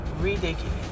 Ridiculous